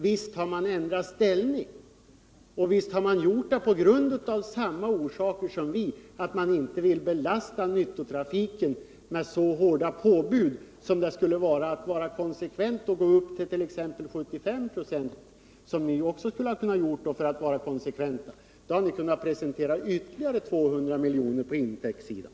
Visst har ni ändrat inställning, och det har ni gjort av samma skäl som vi har anfört: för att inte belasta nyttotrafiken med så hårda pålagor som det skulle betyda att gå upp till 75 96. Det skulle ni ju också ha kunnat göra för att vara konsekventa; då hade ni kunnat presentera ytterligare 200 miljoner på intäktssidan.